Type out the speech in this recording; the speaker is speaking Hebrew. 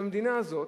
שהמדינה הזאת,